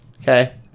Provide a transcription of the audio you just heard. Okay